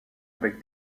avec